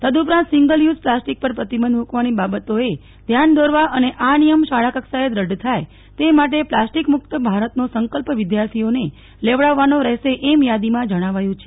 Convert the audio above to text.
તદઉપરાંત single use plastic પર પ્રતિબંધ મુકવાની બાબતોએ ધ્યાન દોરવા અને આ નિયમ શાળાકક્ષાએ દઢ થાય તે માટે પ્લાસ્ટીકમુક્ત ભારતનો સંકલ્પ વિધાર્થીઓને લેવડાવવાનો રહેશે એમ યાદીમાં જણાવાયુ છે